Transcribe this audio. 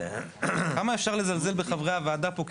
כמה אפשר לזלזל בחברי הוועדה פה,